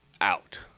out